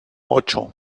ocho